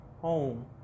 home